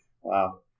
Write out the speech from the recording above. Wow